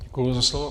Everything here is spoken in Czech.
Děkuji za slovo.